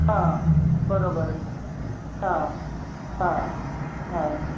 हां बरोबर हां हां हां